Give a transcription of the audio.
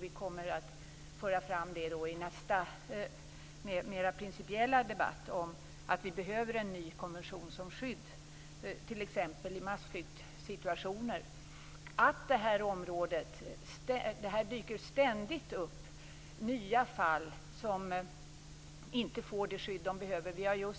Vi kommer att föra fram i nästa mera principiella debatt att vi behöver en ny konvention som skydd, t.ex. i massflyktsituationer. Det dyker ständigt upp nya fall där man inte får det skydd man behöver. Vi har